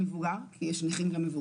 חלוקה של מבוגר כי יש גם נכים מבוגרים.